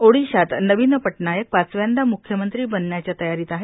ओडिशात नवीन पटनायक पाचव्यांदा म्ख्यमंत्री बनण्याच्या तयारीत आहेत